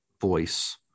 voice